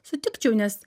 sutikčiau nes